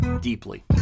deeply